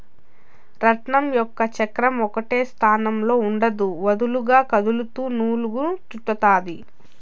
రాట్నం యొక్క చక్రం ఒకటే స్థానంలో ఉండదు, వదులుగా కదులుతూ నూలును చుట్టుతాది